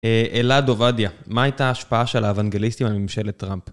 אלעד עובדיה, מה הייתה ההשפעה של האנווגליסטים על ממשלת טראמפ?